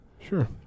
Sure